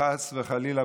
חס וחלילה,